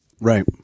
Right